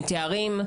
עם תארים,